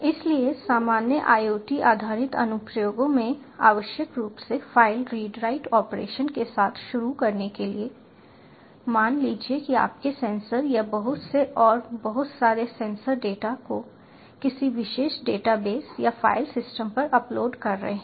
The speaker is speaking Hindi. इसलिए सामान्य IoT आधारित अनुप्रयोगों में आवश्यक रूप से फाइल रीड राइट ऑपरेशन के साथ शुरू करने के लिए मान लीजिए कि आपके सेंसर या बहुत से और बहुत सारे सेंसर डेटा को किसी विशेष डेटाबेस या फ़ाइल सिस्टम पर अपलोड कर रहे हैं